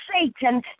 Satan